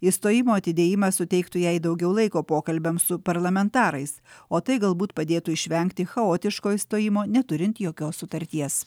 išstojimo atidėjimas suteiktų jai daugiau laiko pokalbiams su parlamentarais o tai galbūt padėtų išvengti chaotiško išstojimo neturint jokios sutarties